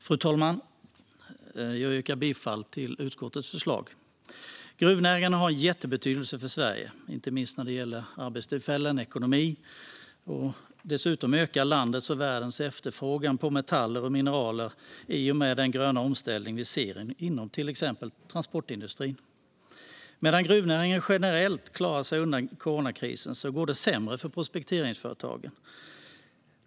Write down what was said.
Fru talman! Jag yrkar bifall till utskottets förslag. Gruvnäringen har en jättebetydelse för Sverige, inte minst när det gäller arbetstillfällen och ekonomi. Dessutom ökar landets och världens efterfrågan på metaller och mineral i och med den gröna omställning som vi ser inom till exempel transportindustrin. Medan gruvnäringen generellt klarar sig under coronakrisen går det sämre för prospekteringsföretagen.